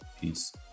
Peace